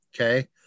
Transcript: okay